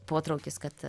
potraukis kad